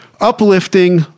uplifting